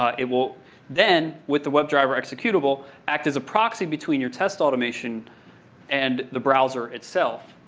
ah it will then, with the webdriver executable, act as a proxy between your test automation and the browser, itself,